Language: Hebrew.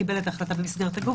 שקיבל את ההחלטה במסגרת הגוף,